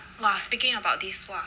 !wah! speaking about this !wah!